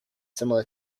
similar